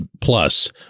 plus